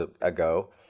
ago